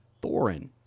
Thorin